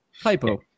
Hypo